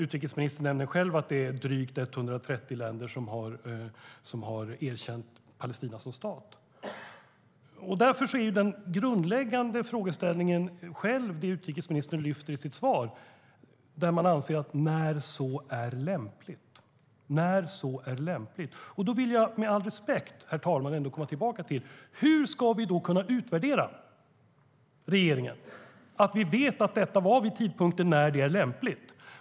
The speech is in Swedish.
Utrikesministern nämner själv att det är drygt 130 länder som har erkänt Palestina som stat. Därför är den grundläggande frågeställningen, som utrikesministern själv lyfter fram i sitt svar, "när så är lämpligt". Herr talman! Med all respekt vill jag komma tillbaka till hur vi ska kunna utvärdera regeringen så att vi vet att detta var vid tidpunkten när det var lämpligt.